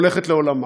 הולכת לעולמה.